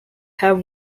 have